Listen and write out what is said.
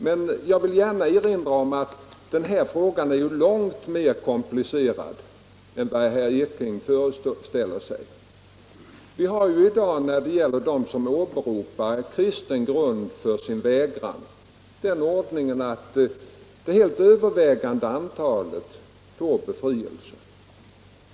Men jag vill erinra om att frågan är långt mer komplicerad än vad herr Ekinge föreställer sig. När det gäller de värnpliktiga som åberopar en kristen grund för sin vägran har vi i dag den ordningen att övervägande antalet får befrielse.